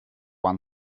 one